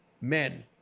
men